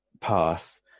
path